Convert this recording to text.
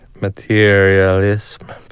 materialism